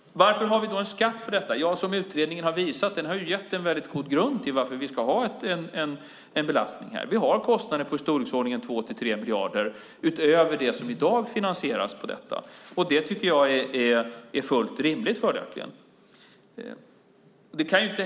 Varför har vi en skatt på detta? Utredningen har visat det. Den har gett en god grund till varför vi ska ha en belastning här. Vi har kostnader på i storleksordningen 2-3 miljarder utöver det som i dag finansieras på detta sätt. Det tycker jag är fullt rimligt, följaktligen.